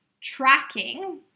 tracking